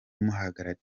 muhagarariye